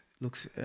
looks